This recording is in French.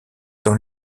dans